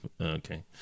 Okay